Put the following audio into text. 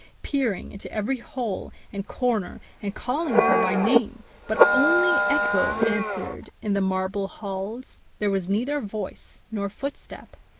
peering into every hole and corner and calling her by name but only echo answered in the marble halls there was neither voice nor footstep.